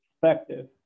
perspective